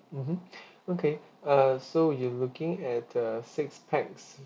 mmhmm okay uh so you're looking at uh six pax